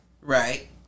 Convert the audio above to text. right